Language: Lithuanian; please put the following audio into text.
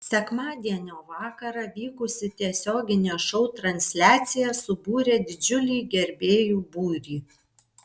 sekmadienio vakarą vykusi tiesioginė šou transliacija subūrė didžiulį gerbėjų būrį